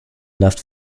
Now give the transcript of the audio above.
left